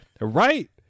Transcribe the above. Right